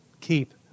keep